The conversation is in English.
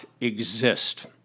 exist